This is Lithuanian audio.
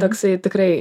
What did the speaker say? toksai tikrai